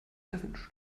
erwünscht